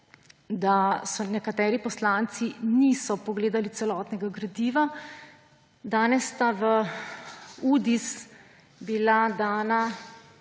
da si nekateri poslanci niso pogledali celotnega gradiva. Danes sta v Udis bila dana